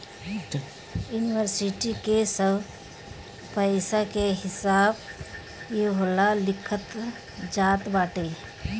इन्वरसिटी के सब पईसा के हिसाब इहवा लिखल जात बाटे